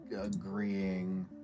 agreeing